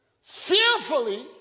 Fearfully